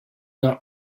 not